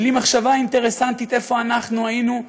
בלי מחשבה אינטרסנטית איפה אנחנו היינו,